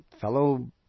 fellow